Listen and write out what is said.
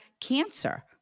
cancer